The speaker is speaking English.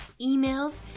emails